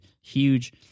huge